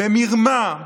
במרמה,